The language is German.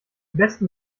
besten